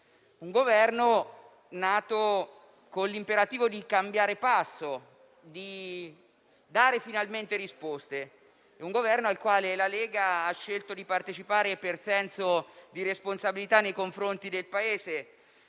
un Governo nato con l'imperativo di cambiare passo, di dare finalmente risposte; un Governo al quale la Lega ha scelto di partecipare per senso di responsabilità nei confronti del Paese,